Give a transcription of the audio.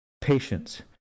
patience